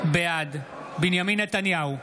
בעד בנימין נתניהו,